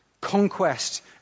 Conquest